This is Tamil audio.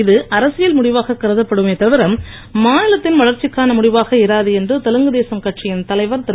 இது அரசியல் முடிவாக கருதப்படுமே தவிர மாநிலத்தின் வளர்ச்சிக்கான முடிவாக இராது என்று தெலுங்குதேசம் கட்சியின் தலைவர் திரு